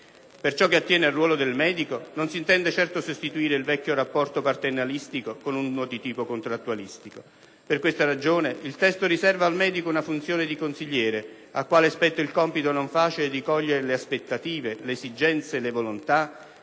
Per ciò che attiene al ruolo del medico, non si intende certo sostituire il vecchio rapporto paternalistico con uno di tipo contrattualistico. Per questa ragione il testo riserva al medico una funzione di consigliere, al quale spetta il compito non facile di cogliere le aspettative, le esigenze e le volontà,